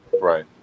Right